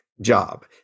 job